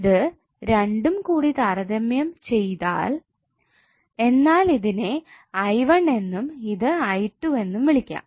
ഇത് രണ്ടും കൂടി താരതമ്യം ചെയ്താൽ എന്നാൽ ഇതിനെ i1 എന്നും ഇത് i2 എന്നും വിളിക്കാം